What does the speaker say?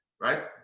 Right